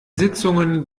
sitzungen